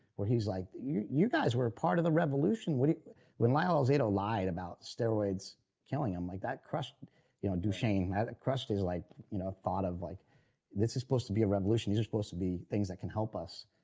where he was like you guys were a part of the revolution when when lyle alzado lied about steroids killing him, like that crushed you know duchaine. that crushed his like you know thought of like this is supposed to be a revolution. these are supposed to be things that can help us.